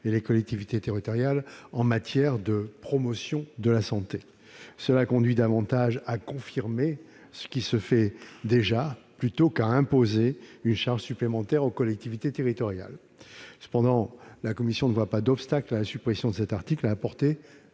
et les collectivités territoriales en matière de « promotion de la santé », ce qui conduit davantage à confirmer ce qui se fait déjà qu'à imposer une charge supplémentaire aux collectivités territoriales. La commission ne voit cependant pas d'obstacle à la suppression de cet article à la portée